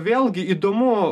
vėlgi įdomu